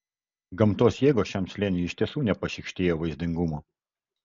gamtos jėgos šiam slėniui iš tiesų nepašykštėjo vaizdingumo